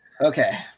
Okay